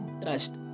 trust